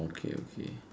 okay okay